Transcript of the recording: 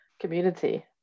community